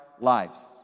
lives